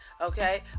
okay